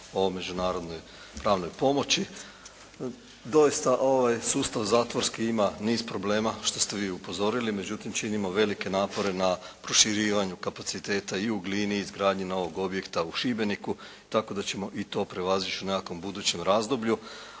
o međunarodnoj pravnoj pomoći. Doista ovaj sustav zatvorski ima niz problema što ste vi upozorili, međutim činimo velike napore na proširivanju kapaciteta i u Glini i izgradnji novog objekta u Šibeniku tako da ćemo i to prevazići u nekakvom budućem razdoblju,